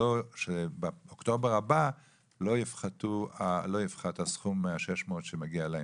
שבאוקטובר הבא לא יפחת הסכום מה-600 שמגיע להם.